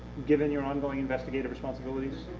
given your ongoing investigative responsibilities?